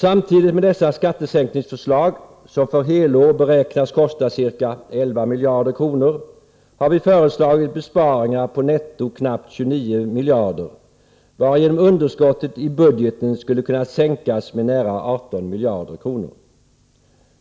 Samtidigt med dessa skattesänkningsförslag, som för helår beräknas kosta ca 11 miljarder kronor, har vi föreslagit besparingar på netto 29 miljarder, varigenom underskottet i budgeten skulle kunna sänkas med nära 18 miljarder kronor.